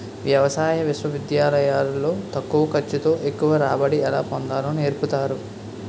వ్యవసాయ విశ్వవిద్యాలయాలు లో తక్కువ ఖర్చు తో ఎక్కువ రాబడి ఎలా పొందాలో నేర్పుతారు